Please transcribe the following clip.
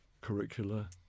curricula